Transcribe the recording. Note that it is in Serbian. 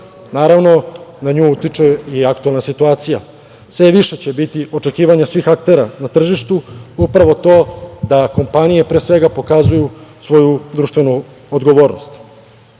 Naravno, na nju utiče i aktuelna situacija. Sve više će biti očekivanja svih aktera na tržištu, upravo to da kompanije, pre svega pokazuju svoju društvenu odgovornost. Krajem